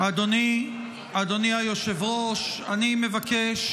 אדוני היושב-ראש, אני מבקש